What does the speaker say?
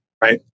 right